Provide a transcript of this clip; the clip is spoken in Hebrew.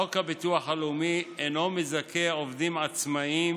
חוק הביטוח הלאומי אינו מזכה עובדים עצמאים